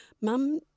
mum